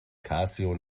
casio